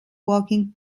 walking